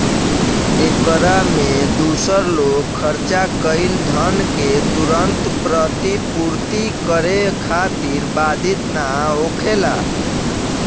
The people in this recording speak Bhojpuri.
एकरा में दूसर लोग खर्चा कईल धन के तुरंत प्रतिपूर्ति करे खातिर बाधित ना होखेला